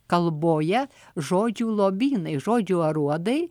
kalboje žodžių lobynai žodžių aruodai